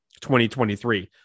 2023